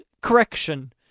correction